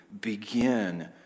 begin